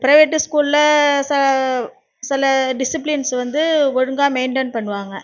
private ஸ்கூலில் சில disciplines வந்து ஒழுங்காக மெயின்டென் பண்ணுவாங்க